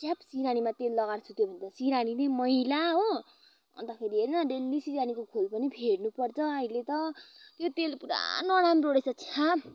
च्याप सिरानीमा तेल लगाएर सुत्यो भने त सिरानी नै मैला हो अन्तखेरि हेर न डेल्ली सिरानीको खोल पनि फेर्नु पर्छ अहिले त त्यो तेल पुरा नराम्रो रहेछ छ्या